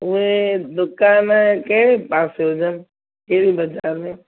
उहे दुकान कहिड़े पासे हुजनि कहिड़ी बाज़ारि में